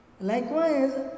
Likewise